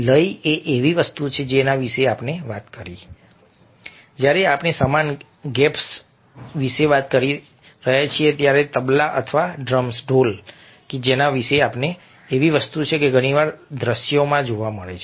લય એ એવી વસ્તુ છે જેના વિશે આપણે વાત કરી જ્યારે આપણે સમાન ગેપ્સવિશે વાત કરીએ છીએ તેમ કહીએ તબલા અથવા ડ્રમ્સઢોલ પણ એવી વસ્તુ છે જે ઘણી વાર દ્રશ્યોમાં જોવા મળે છે